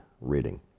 reading